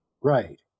Right